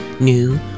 new